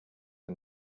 are